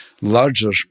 larger